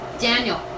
Daniel